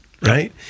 right